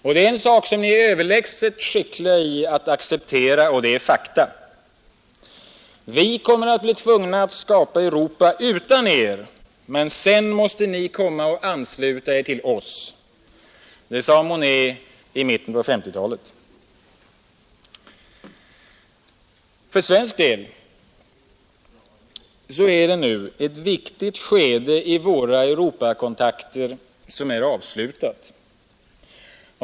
Och det är en sak som ni är överlägset skickliga i att acceptera, och det är fakta. Vi kommer att bli tvungna att skapa Europa utan er, men sedan måste ni komma och ansluta er till oss.” För svensk del är nu ett viktigt skede i våra Europakontakter avslutat.